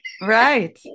Right